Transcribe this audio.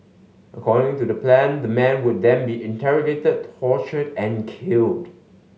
according to the plan the man would then be interrogated tortured and killed